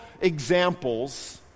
examples